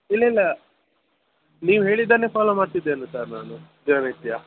ಇಲ್ಲ ಇಲ್ಲ ನೀವು ಹೇಳಿದ್ದನ್ನೇ ಫಾಲೋ ಮಾಡ್ತಿದ್ದೇನೆ ಸರ್ ನಾನು ದಿನನಿತ್ಯ